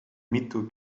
mitu